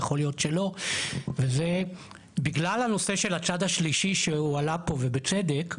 יכול להיות שלא וזה בגלל הנושא של הצד השלישי שהועלה פה ובצדק,